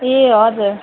ए हजुर